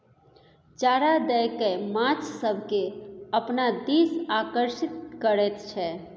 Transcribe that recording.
चारा दए कय माछ सभकेँ अपना दिस आकर्षित करैत छै